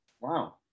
wow